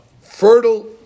fertile